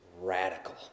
radical